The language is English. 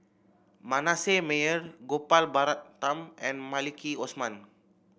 Manasseh Meyer Gopal Baratham and Maliki Osman